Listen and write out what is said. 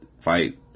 fight